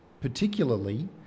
particularly